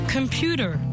Computer